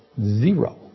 Zero